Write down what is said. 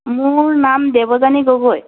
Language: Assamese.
মোৰ নাম দেৱযানী গগৈ